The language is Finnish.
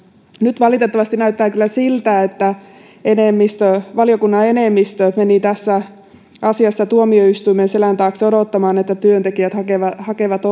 nyt valitettavasti näyttää kyllä siltä että valiokunnan enemmistö meni tässä asiassa tuomioistuimen selän taakse odottamaan että työntekijät hakevat hakevat